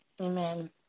Amen